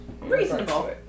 Reasonable